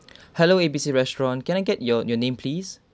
hello A B C restaurant can I get your your name please